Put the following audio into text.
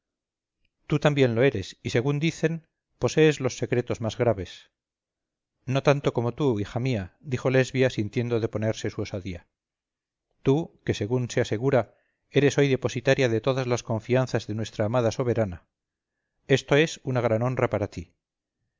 tú también lo eres y según dicen posees los secretos más graves no tanto como tú hija mía dijo lesbia sintiendo reponerse su osadía tú que según se asegura eres hoy depositaria de todas las confianzas de nuestra amada soberana esto es una gran honra para ti